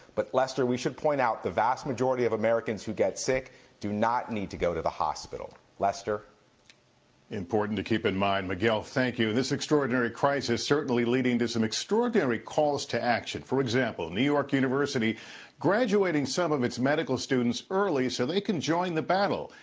but lester, we should point out, the vast majority of americans who get sick do not need to go to the hospital lester important to keep in mind. miguel, thank you. and this extraordinary crisis certainly leading to some extraordinary calls to action. for example, new york university graduating some of its medical students early so they can join the battle,